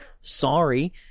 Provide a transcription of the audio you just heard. Sorry